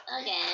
Okay